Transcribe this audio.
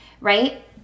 right